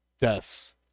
deaths